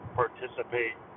participate